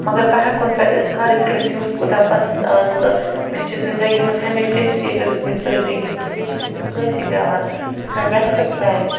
مگر بہٕ ہٮ۪کو نہٕ تۄہہِ اظہارٕے کٔرِتھ تٔمِس کوٗتاہ پسنٛد آو سُہ مےٚ چھِ زندگی منٛز ہمیش تٔمسٕے یٲتۍ یوژ دِتمِتۍ بٔرٕتھ ڈے گفٹ بیٚیہِ چھُس نہٕ بہٕ کٲنٛسی دِوان سُہ چھُس مےٚ بٮ۪سٹ فرٮ۪نٛڈ